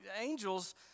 angels